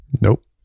Nope